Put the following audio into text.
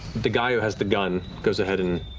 the guy who has the gun goes ahead and,